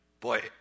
Boy